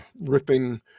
ripping